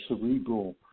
cerebral